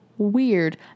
Weird